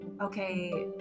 Okay